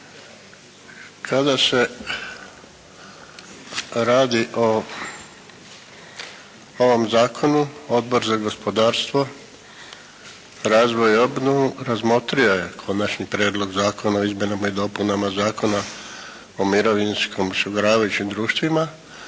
Kada se radi o ovom Zakonu Odbor za gospodarstvo, razvoj i obnovu razmotrio je Konačni prijedlog zakona o izmjenama i dopunama Zakona o mirovinskim osiguravajućim društvima